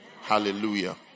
Hallelujah